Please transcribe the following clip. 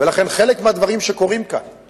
אחרון הדוברים, בבקשה.